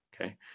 okay